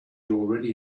already